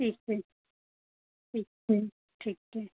ठीक है ठीक है ठीक है